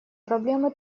проблемы